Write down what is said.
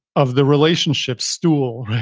of the relationship stool,